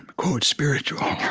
quote, spiritual.